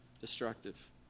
destructive